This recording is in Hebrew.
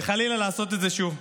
וחלילה לעשות את זה שוב.